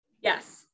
Yes